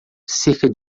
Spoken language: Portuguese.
cerca